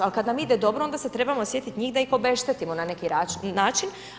Ali kada nam ide dobro, onda se trebamo sjetiti njih da ih obeštetimo na neki način.